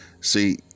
See